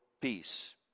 peace